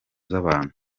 z’abantu